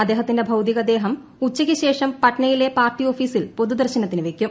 അദ്ദേഹ്ത്തിന്റെ ഭൌതികദേഹം ഉച്ചയ്ക്ക് ശേഷം പട്നയിലെ പാർട്ടി ഓഫീസിൽ പൊതുദർശനത്തിന് വയ്ക്കും